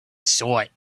sort